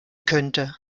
könnte